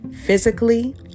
physically